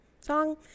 song